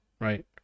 right